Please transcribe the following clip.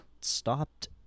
stopped